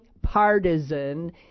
partisan